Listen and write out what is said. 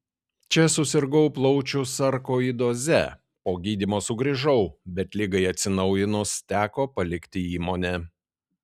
čia susirgau plaučių sarkoidoze po gydymo sugrįžau bet ligai atsinaujinus teko palikti įmonę